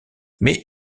mais